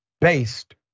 based